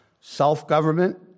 self-government